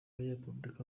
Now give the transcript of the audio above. repubulika